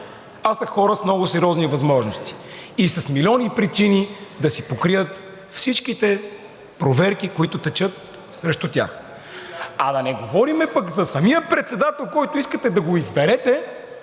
А са хора с много сериозни възможности и с милиони причини да си покрият всичките проверки, които текат срещу тях. Да не говорим пък за самия председател, който искате да изберете,